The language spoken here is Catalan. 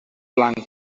blanca